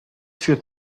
führt